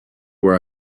where